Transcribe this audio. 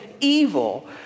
evil